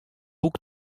boek